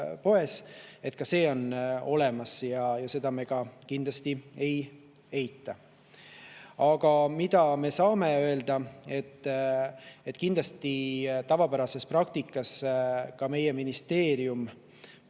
on ka olemas ja seda me kindlasti ei eita. Aga me saame öelda, et kindlasti tavapärases praktikas saab meie ministeerium parema